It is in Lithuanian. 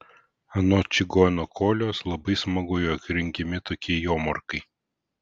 anot čigono kolios labai smagu jog rengiami tokie jomarkai